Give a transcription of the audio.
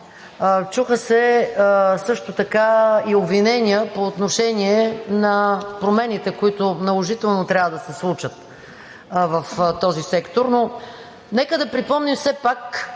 чуха се също така и обвинения по отношение на промените, които наложително трябва да се случат в този сектор. Но нека да припомня все пак,